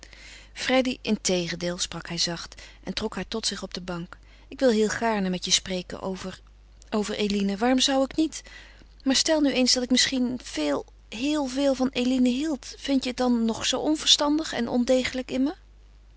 freddy integendeel sprak hij zacht en trok haar tot zich op de bank ik wil heel gaarne met je spreken over over eline waarom zou ik niet maar stel nu eens dat ik misschien veel heel veel van eline hield vindt je het dan nog zoo onverstandig en ondegelijk in me